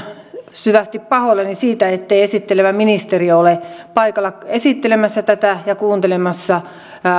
syvästi pahoillani siitä ettei esittelevä ministeri ole paikalla esittelemässä tätä ja kuuntelemassa